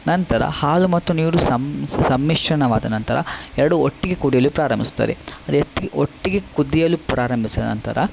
ನಂತರ ಹಾಲು ಮತ್ತು ನೀರು ಸಮ್ ಸಮ್ಮಿಶ್ರಣವಾದ ನಂತರ ಎರಡು ಒಟ್ಟಿಗೆ ಕುಡಿಯಲು ಪ್ರಾರಂಭಿಸುತ್ತದೆ ಅದೇ ಒಟ್ಟಿಗೆ ಕುದಿಯಲು ಪ್ರಾರಂಭಿಸಿದ ನಂತರ